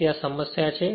તેથી આ સમસ્યા છે